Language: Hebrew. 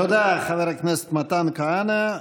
תודה, חבר הכנסת מתן כהנא.